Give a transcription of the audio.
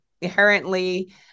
inherently